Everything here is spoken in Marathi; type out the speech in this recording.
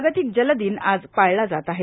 जागतिक जलदिन आज पाळला जात आहे